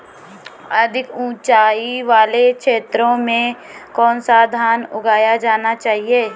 अधिक उँचाई वाले क्षेत्रों में कौन सा धान लगाया जाना चाहिए?